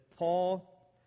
Paul